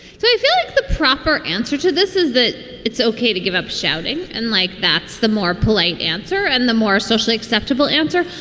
so i think like the proper answer to this is that it's ok to give up shouting. and like, that's the more polite answer and the more socially acceptable answer.